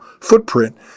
footprint